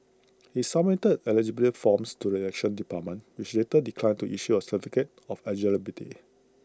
he submitted eligibility forms to the elections department which later declined to issue A certificate of eligibility